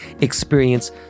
experience